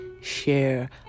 share